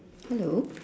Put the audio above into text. hello